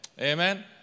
Amen